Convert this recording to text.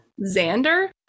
Xander